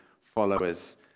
followers